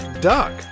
duck